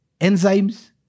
enzymes